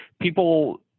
people